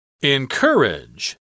Encourage